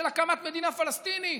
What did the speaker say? של הקמת מדינה פלסטינית.